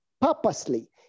purposely